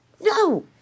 No